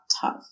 tough